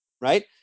right